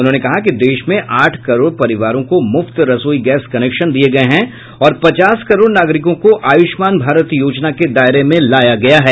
उन्होंने कहा कि देश में आठ करोड़ परिवारों को मुफ्त रसोई गैस कनेक्शन दिए गए हैं और पचास करोड़ नागरिकों को आयुष्मान भारत योजना के दायरे में लाया गया है